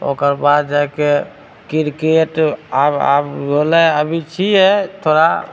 ओकरबाद जाके किरकेट आब आब होलै अभी छिए थोड़ा